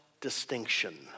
distinction